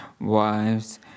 Wives